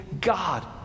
God